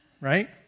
Right